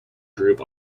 group